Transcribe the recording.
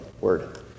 word